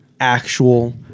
Actual